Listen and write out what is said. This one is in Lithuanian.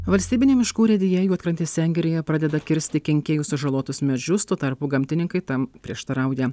valstybinių miškų urėdija juodkrantės sengirėje pradeda kirsti kenkėjų sužalotus medžius tuo tarpu gamtininkai tam prieštarauja